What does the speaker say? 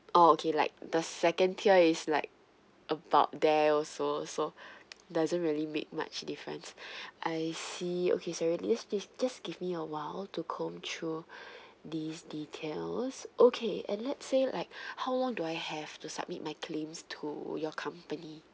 oh okay like the second tier is like about there also so doesn't really make much difference I see okay sorry just give~ just give me awhile to come through these details okay and let's say like how long do I have to submit my claims to your company